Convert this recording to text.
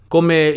Come